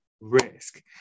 risk